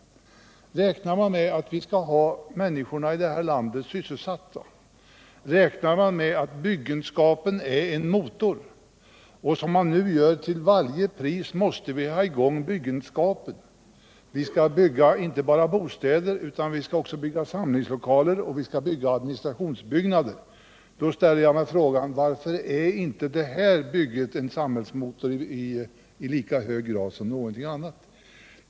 Om man räknar med att vi skall ha människorna i det här landet sysselsatta och om man räknar med att byggenskapen i det avseendet är en motor — vi arbetar ju nu med att till varje pris få i gång byggenskapen, och vi skall bygga inte bara bostäder, utan också samlingslokaler och administrationsbyggnader — då ställer jag mig frågan: Varför är inte det här bygget en samhällsmotor i lika hög grad som någonting annat?